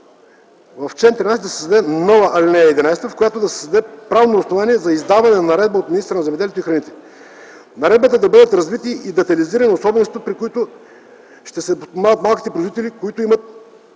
13 да се създаде нова ал. 11, в която да се създаде правно основание за издаване на наредба от министъра на земеделието и храните. В наредбата да бъдат развити и детайлизирани особеностите, при които ще се подпомагат малките производители, които